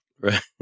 Right